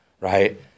right